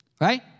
Right